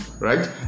right